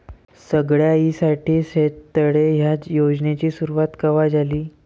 सगळ्याइसाठी शेततळे ह्या योजनेची सुरुवात कवा झाली?